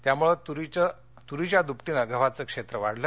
त्यामुळं तुरीच्या दूपटीने गव्हाचे क्षेत्र वाढले